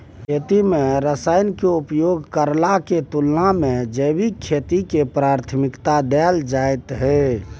खेती में रसायन के उपयोग करला के तुलना में जैविक खेती के प्राथमिकता दैल जाय हय